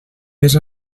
més